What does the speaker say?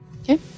Okay